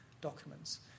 documents